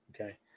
Okay